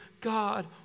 God